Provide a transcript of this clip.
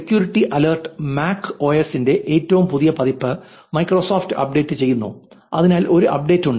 security alert Mac OS ന്റെ ഏറ്റവും പുതിയ പതിപ്പ് മൈക്രോസോഫ്ട് അപ്ഡേറ്റ് ചെയ്യുന്നു അതിനാൽ ഒരു അപ്ഡേറ്റ് ഉണ്ട്